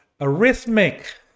arithmetic